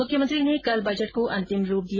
मुख्यमंत्री ने कल बजट को अंतिम रूप दिया